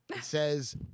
Says